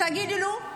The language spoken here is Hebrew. תגידו לי.